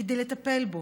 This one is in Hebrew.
כדי לטפל בו,